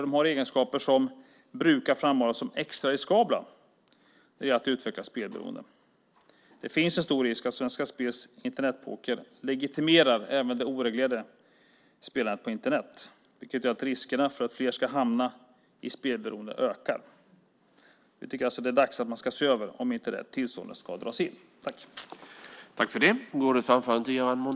De har egenskaper som brukar framhållas som extra riskabla när det gäller att utveckla spelberoende. Det finns en stor risk att Svenska Spels Internetpoker legitimerar även det oreglerade spelandet på Internet. Det gör att riskerna för att fler ska hamna i spelberoende ökar. Vi tycker det är dags att se över om tillståndet ska dras in.